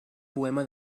poema